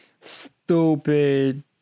stupid